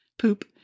poop